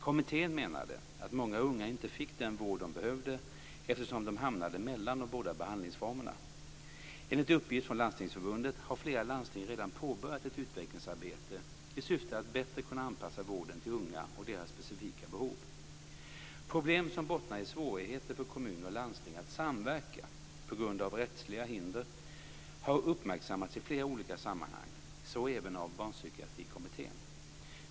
Kommittén menade att många unga inte fick den vård de behövde eftersom de hamnade mellan de båda behandlingsformerna. Enligt uppgift från Landstingsförbundet har flera landsting redan påbörjat ett utvecklingsarbete i syfte att bättre kunna anpassa vården till unga och deras specifika behov. Problem som bottnar i svårigheter för kommuner och landsting att samverka på grund av rättsliga hinder har uppmärksammats i flera olika sammanhang, så även av Barnpsykiatrikommittén.